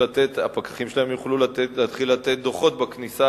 והפקחים שלהם יוכלו להתחיל לתת דוחות בכניסה,